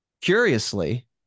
curiously